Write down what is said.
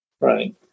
right